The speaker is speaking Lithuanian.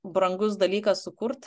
brangus dalykas sukurt